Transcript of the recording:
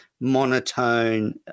monotone